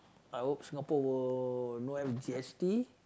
I hope Singapore will no have g_s_t